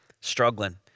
struggling